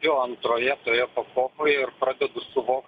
jau antroje tojepakopoje ir pradedu suvokt